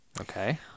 Okay